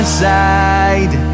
side